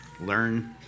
Learn